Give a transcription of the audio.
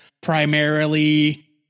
primarily